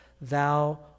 thou